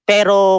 Pero